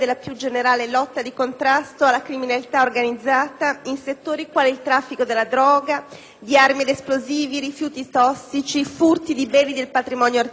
di armi e di esplosivi, di rifiuti tossici, i furti di beni del patrimonio artistico, oltre naturalmente al commercio illecito di merci soggette a imposta.